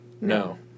No